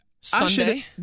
Sunday